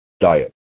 Diet